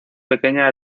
pequeña